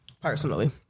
Personally